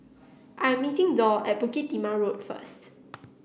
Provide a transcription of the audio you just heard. i'm meeting Doll at Bukit Timah Road first